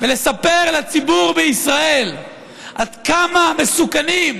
ולספר לציבור בישראל עד כמה מסוכנים,